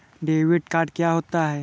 Debit card क्या होता है?